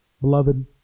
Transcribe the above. Beloved